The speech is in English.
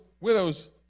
widow's